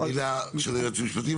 עוד מילה של היועץ המשפטי.